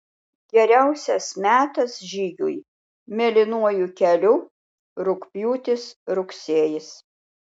geriausias metas žygiui mėlynuoju keliu rugpjūtis rugsėjis